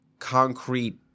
concrete